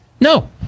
No